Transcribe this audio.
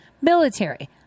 military